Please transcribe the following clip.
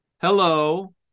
hello